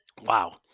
Wow